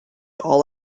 all